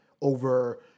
over